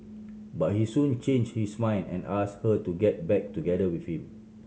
but he soon change his mind and ask her to get back together with him